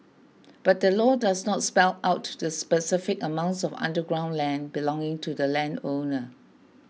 but the law does not spell out to the specific amounts of underground land belonging to the landowner